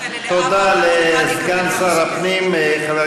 אני כולי תקווה